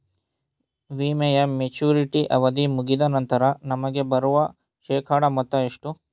ವಿಮೆಯ ಮೆಚುರಿಟಿ ಅವಧಿ ಮುಗಿದ ನಂತರ ನಮಗೆ ಬರುವ ಶೇಕಡಾ ಮೊತ್ತ ಎಷ್ಟು?